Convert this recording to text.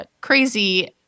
crazy